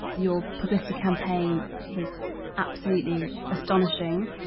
your publicity campaign was absolutely astonishing.